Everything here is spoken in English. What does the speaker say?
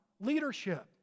leadership